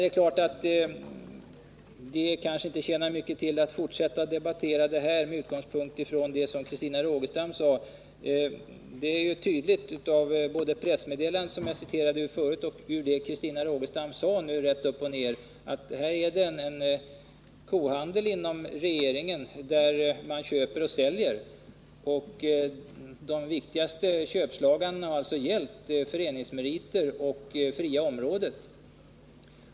Det tjänar kanske inte mycket till att fortsätta debattera detta med utgångspunkt i det som Christina Rogestam sade. Det är tydligt, både av det som stod i det pressmeddelande jag citerade ur förut och av det Christina Rogestam sade nyss, att det förekommer en kohandel inom regeringen där man köper och säljer. Och det viktigaste köpslåendet har alltså gällt föreningsmeriter och det fria området.